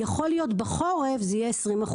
יכול להיות שבחורף זה יהיה 20%,